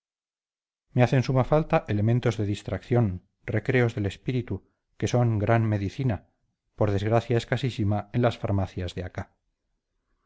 me hacen suma falta elementos de distracción recreos del espíritu que son gran medicina por desgracia escasísima en las farmacias de acá